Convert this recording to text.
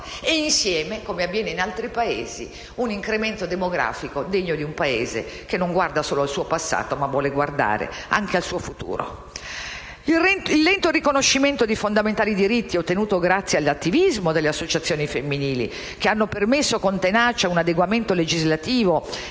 lavoro e, come avviene negli altri Paesi, un incremento demografico degno di un Paese che non guarda solo al suo passato, ma anche al suo futuro. Il lento riconoscimento di fondamentali diritti, ottenuto grazie all'attivismo delle associazioni femminili che hanno permesso, con tenacia, un adeguamento legislativo